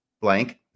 blank